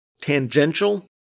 tangential